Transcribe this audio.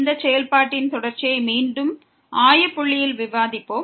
இந்த செயல்பாட்டின் தொடர்ச்சியை மீண்டும் ஆய புள்ளியில் விவாதிப்போம்